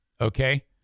okay